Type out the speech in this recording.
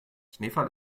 schneefall